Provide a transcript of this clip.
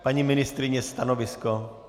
Paní ministryně, stanovisko?